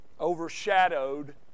overshadowed